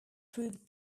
proved